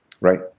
Right